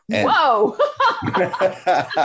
Whoa